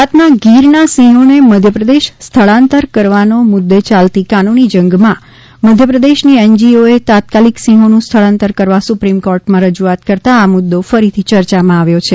ગુજરાતના ગીરના સિંહોને મધ્યપ્રદેશ સ્થળાંતરિત કરવાના મુદ્દે ચાલતા કાનુની જંગમાં મધ્યપ્રદેશની એનજીઓએ તાત્કાલીક સિંહોનું સ્થળાંતર કરવા સુપ્રિમ કોર્ટમાં રજૂઆત કરતા આ મુદ્દો ફરીથી ચર્ચામાં આવ્યા છે